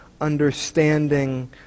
understanding